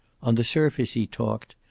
on the surface he talked,